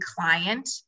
client